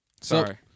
Sorry